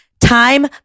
time